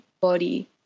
body